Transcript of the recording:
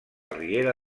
riera